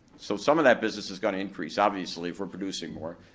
so some of that business is gonna increase, obviously, if we're producing more.